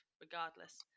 regardless